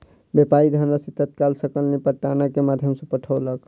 व्यापारी धनराशि तत्काल सकल निपटान के माध्यम सॅ पठौलक